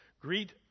Greet